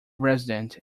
resident